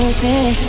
Open